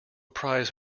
prize